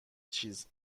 چیز